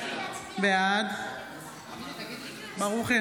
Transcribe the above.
בעד אליהו ברוכי,